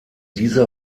dieser